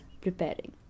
preparing